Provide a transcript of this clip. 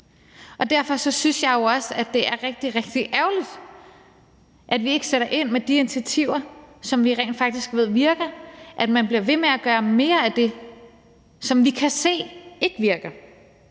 og derfor synes jeg jo også, at det er rigtig, rigtig ærgerligt, at vi ikke sætter ind med de initiativer, som vi rent faktisk ved virker, at man bliver ved med at gøre mere af det, som vi kan se ikke virker.